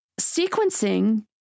sequencing